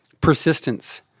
persistence